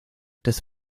des